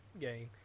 game